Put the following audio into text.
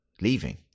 leaving